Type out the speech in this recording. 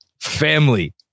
Family